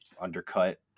undercut